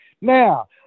Now